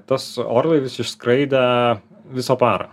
tas orlaivis išskraidė visą parą